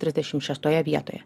trisdešim šeštoje vietoje